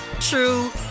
true